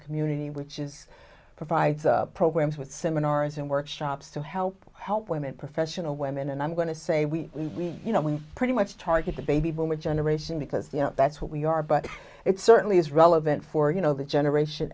community which is provides programs with seminars and workshops to help help women professional women and i'm going to say we you know we pretty much target the baby boomer generation because that's what we are but it certainly is relevant for you know the generation